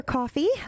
Coffee